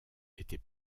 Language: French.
était